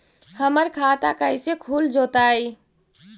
हमर खाता कैसे खुल जोताई?